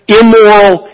immoral